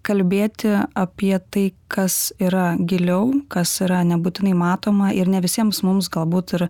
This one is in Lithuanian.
kalbėti apie tai kas yra giliau kas yra nebūtinai matoma ir ne visiems mums galbūt ir